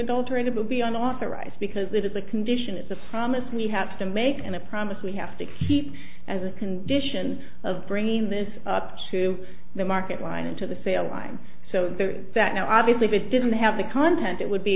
adulterated to be on authorized because that is a condition it's a promise we have to make and a promise we have to keep as a condition of bringing this up to the market line into the sale line so that now obviously we didn't have the content it would be